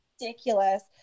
ridiculous